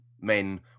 men